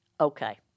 Okay